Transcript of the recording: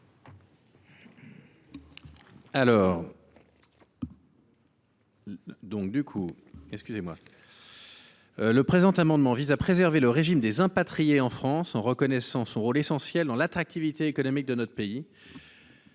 Capus. Le présent amendement vise à préserver le régime des impatriés en France, dont nous devons reconnaître le rôle essentiel dans l’attractivité économique de notre pays.